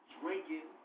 drinking